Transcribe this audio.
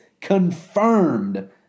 confirmed